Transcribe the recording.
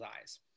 eyes